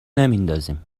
نمیندازیم